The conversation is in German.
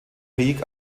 peak